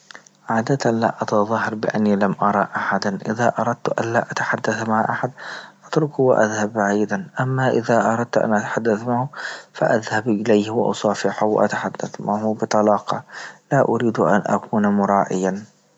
عادت لا أتظاهر بأني لم أرى أحدا إذا أردت ألا أتحدث مع أحد أتركه وأذهب بعيدا، أما إذا أردت أن أتحدث معه فأذهب إليه وأصافحه وأتحدث معه بطلاقةد لا أريد أن أكون مراعيا.